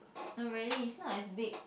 no really is not as big